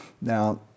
Now